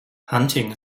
hunting